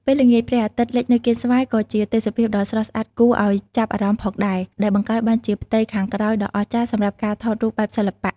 ពេលល្ងាចព្រះអាទិត្យលិចនៅកៀនស្វាយក៏ជាទេសភាពដ៏ស្រស់ស្អាតគួរឲ្យចាប់អារម្មណ៍ផងដែរ ដែលបង្កើតបានជាផ្ទៃខាងក្រោយដ៏អស្ចារ្យសម្រាប់ការថតរូបបែបសិល្បៈ។